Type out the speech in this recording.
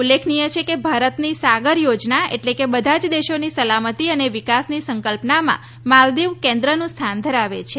ઉલ્લેખનિય છે કે ભારતની સાગર યોજના એટલે કે બધા જ દેશોની સલામતી અને વિકાસની સંકલ્પનામાં માલદીવ કેન્દ્રનું સ્થાન ધરાવે છે